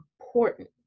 important